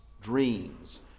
dreams